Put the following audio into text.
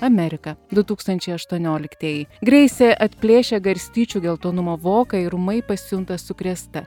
amerika du tūkstančiai aštuonioliktieji greisė atplėšia garstyčių geltonumo voką ir ūmai pasijunta sukrėsta